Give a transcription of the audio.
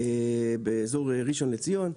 באזור ראשון לציון,